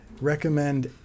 Recommend